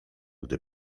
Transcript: gdy